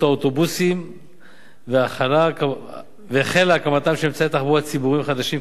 האוטובוסים והתחלת הקמתם של אמצעי תחבורה ציבוריים חדשים,